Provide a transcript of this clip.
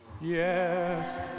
Yes